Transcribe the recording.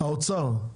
האוצר,